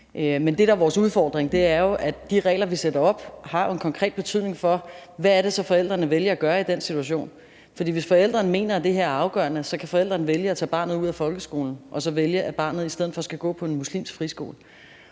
er vores udfordring, er, at de regler, vi sætter op, har en konkret betydning for, hvad forældrene vælger at gøre i den situation. For hvis forældrene mener, at det her er afgørende, kan forældrene vælge at tage barnet ud af folkeskolen og vælge, at barnet i stedet for skal gå på en muslimsk friskole.